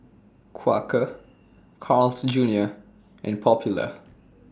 Quaker Carl's Junior and Popular